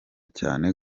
cyane